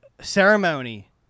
Ceremony